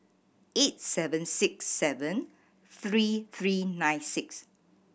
eight seven six seven three three nine six